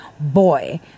boy